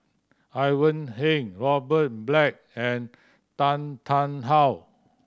Ivan Heng Robert Black and Tan Tarn How